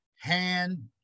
hand